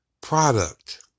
product